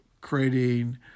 creating